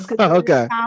Okay